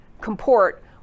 comport